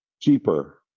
Cheaper